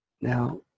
Now